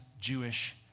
Jewish